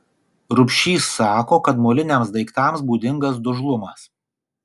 rubšys sako kad moliniams daiktams būdingas dužlumas